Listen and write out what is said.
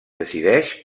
decideix